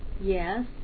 yes